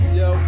yo